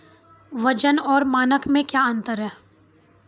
वजन और मानक मे क्या अंतर हैं?